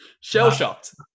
Shell-shocked